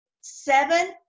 seven